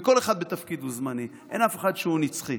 וכל אחד בתפקיד הוא זמני, ואין אף אחד שהוא נצחי,